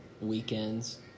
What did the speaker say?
weekends